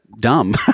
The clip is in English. dumb